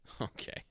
Okay